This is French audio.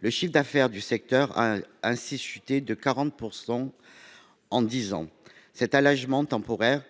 Le chiffre d’affaires du secteur a ainsi chuté de 40 % en dix ans. Cet allégement temporaire